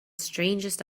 strangest